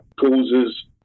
causes